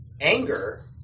anger